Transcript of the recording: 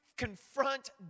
Confront